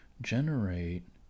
generate